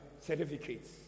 certificates